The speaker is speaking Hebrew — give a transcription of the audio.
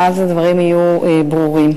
ואז הדברים יהיו ברורים.